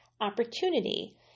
opportunity